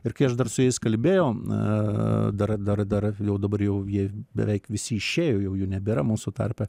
ir kai aš dar su jais kalbėjau dar dar dar jau dabar jau jie beveik visi išėjo jau jų nebėra mūsų tarpe